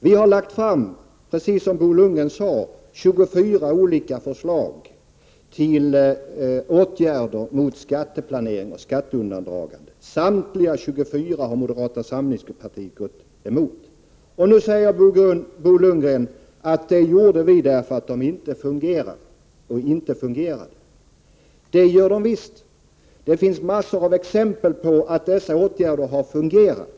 Vi har, precis som Bo Lundgren sade, lagt fram 24 olika förslag till åtgärder mot skatteplanering och skatteundandraganden. Moderata samlingspartiet har gått emot samtliga 24 förslag. Nu säger Bo Lundgren att man gjorde det eftersom de inte fungerade. Visst fungerar de. Det finns massor av exempel på att dessa åtgärder har fungerat.